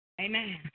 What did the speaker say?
Amen